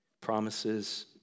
promises